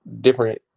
different